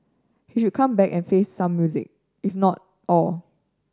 he should come back and face some music if not all